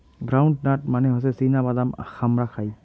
ground nut মানে হসে চীনা বাদাম হামরা খাই